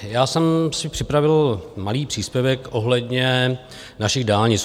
Já jsem si připravil malý příspěvek ohledně našich dálnic.